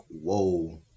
Whoa